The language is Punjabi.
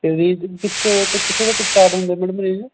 ਰੇਂਜ ਕਿੱਥੋਂ ਕਿੱਥੋਂ ਤੱਕ ਸਟਾਰਟ ਹੁੰਦੇ ਮੈਡਮ ਰੇਂਜ